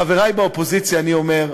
לחברי באופוזיציה אני אומר: